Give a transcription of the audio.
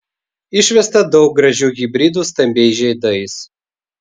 išvesta daug gražių hibridų stambiais žiedais